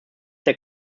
der